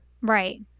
Right